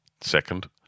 Second